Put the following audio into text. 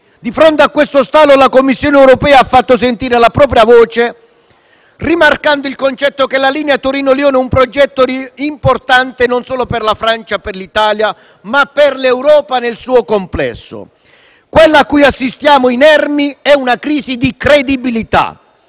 di fronte a questo stallo, la Commissione europea ha fatto sentire la propria voce, rimarcando il concetto che la linea Torino-Lione è un progetto importante non solo per la Francia e per l'Italia, ma per l'Europa nel suo complesso. Quella a cui assistiamo inermi è una crisi di credibilità,